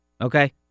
okay